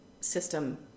system